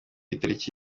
itariki